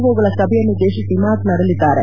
ಓಗಳ ಸಭೆಯನ್ನುದ್ದೇಶಿಸಿ ಮಾತನಾಡಲಿದ್ದಾರೆ